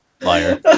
Liar